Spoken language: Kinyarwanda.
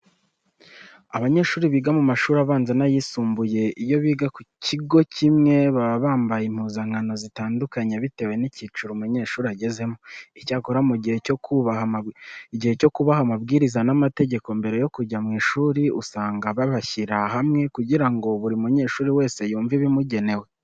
Abanyeshuri biga mu mashuri abanza n'ayisumbuye, iyo biga ku kigo kimwe baba bambaye impuzankano zitandukanye bitewe n'icyiciro umunyeshuri agezemo. Icyakora mu gihe cyo kubaha amabwiriza n'amategeko mbere yo kujya mu ishuri, usanga babashyira hamwe kugira ngo buri munyeshuri wese yumve ibimugenewe.